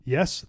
Yes